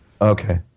Okay